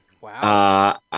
Wow